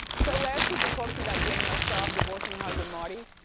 so last week, we talked to you about danielle staub divorcing her husband marty,